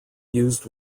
used